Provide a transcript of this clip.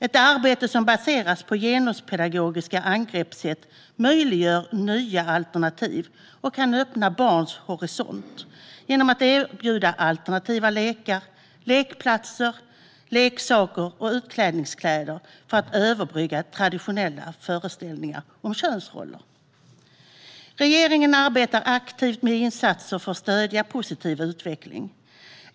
Ett arbete som baseras på genuspedagogiska angreppssätt möjliggör nya alternativ och kan öppna barns horisont genom att erbjuda alternativa lekar, lekplatser, leksaker och utklädningskläder för att överbrygga traditionella föreställningar om könsroller. Regeringen arbetar aktivt med insatser för att stödja en positiv utveckling.